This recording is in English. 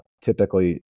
typically